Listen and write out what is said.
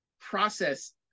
process